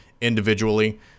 individually